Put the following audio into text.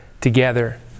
together